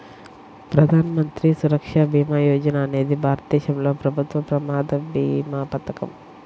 ప్రధాన మంత్రి సురక్ష భీమా యోజన అనేది భారతదేశంలో ప్రభుత్వ ప్రమాద భీమా పథకం